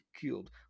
killed